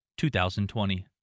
2020